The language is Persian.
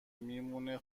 میمونه